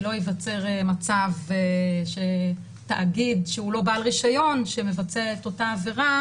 זאת כדי שלא ייווצר מצב שתאגיד שהוא לא בעל רישיון שמבצע את אותה עבירה